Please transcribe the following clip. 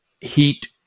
heat